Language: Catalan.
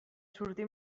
sortir